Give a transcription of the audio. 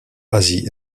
asie